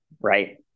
right